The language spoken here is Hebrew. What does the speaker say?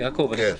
יעקב, אני חושב